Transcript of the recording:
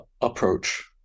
approach